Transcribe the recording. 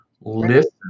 listen